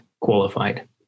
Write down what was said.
qualified